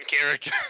character